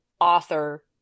author